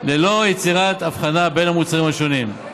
ללא יצירת הבחנה בין המוצרים השונים.